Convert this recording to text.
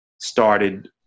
started